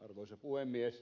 arvoisa puhemies